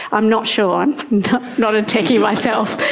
i'm not sure, i'm not a techie myself,